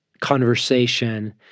conversation